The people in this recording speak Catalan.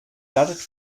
tard